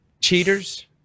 cheaters